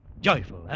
Joyful